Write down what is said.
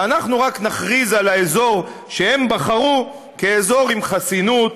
ואנחנו רק נכריז על האזור שהם בחרו כאזור עם חסינות.